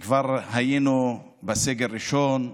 כשכבר היינו בסגר ראשון,